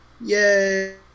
Yay